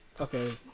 Okay